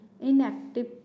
inactive